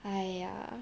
!aiya!